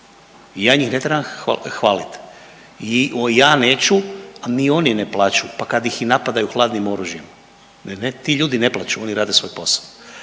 ja njih ne trebam hvalit. I ja neću, a ni oni ne plaču, pa kad ih i napadaju hladnim oružjem, ne, ne, ti ljudi ne plaču, oni rade svoj posao.